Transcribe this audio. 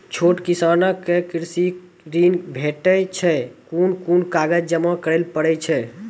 छोट किसानक कृषि ॠण भेटै छै? कून कून कागज जमा करे पड़े छै?